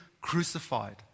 crucified